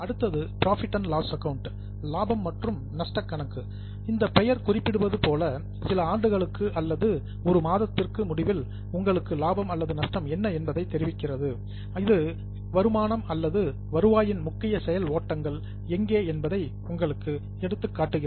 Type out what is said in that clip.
அடுத்தது profit and loss account லாபம் மற்றும் நஷ்ட கணக்கு இந்தப் பெயர் குறிப்பிடுவது போல சில ஆண்டு அல்லது ஒரு மாதத்தின் முடிவில் உங்களுக்கு லாபம் அல்லது நஷ்டம் என்ன என்பதை தெரிவிக்கிறது இது இன்கம் வருமானம் அல்லது ரெவின்யூ வருவாயின் முக்கிய செயல் ஓட்டங்கள் எங்கே என்பதை உங்களுக்கு எடுத்துக்காட்டுகிறது